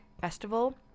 Festival